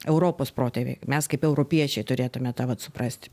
europos protėviai mes kaip europiečiai turėtume tą vat suprasti